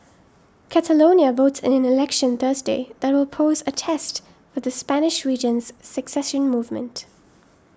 Catalonia votes in an election Thursday that will pose a test for the Spanish region's secession movement